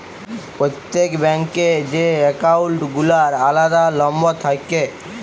প্রত্যেক ব্যাঙ্ক এ যে একাউল্ট গুলার আলাদা লম্বর থাক্যে